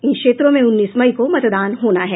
इन क्षेत्रों में उन्नीस मई को मतदान होना है